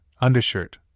undershirt